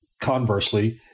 conversely